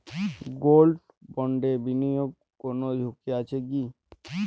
Gold বন্ডে বিনিয়োগে কোন ঝুঁকি আছে কি?